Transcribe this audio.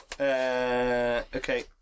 Okay